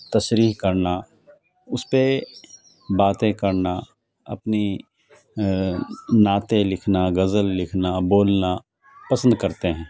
تشریح کرنا اس پہ باتیں کرنا اپنی نعتیں لکھنا غزل لکھنا بولنا پسند کرتے ہیں